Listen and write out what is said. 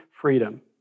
freedom